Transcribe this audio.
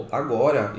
agora